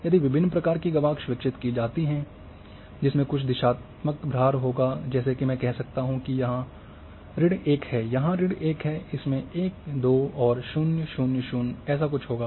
यदि विभिन्न प्रकार की गवाक्ष विकसित की जा सकती है जिसमें कुछ दिशात्मक भार होगा जैसे कि मैं कह सकता हूं कि यहां ऋण 1 है यहां ऋण 1 है इसमें 1 2 और 0 0 0 ऐसा कुछ होगा